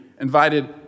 Invited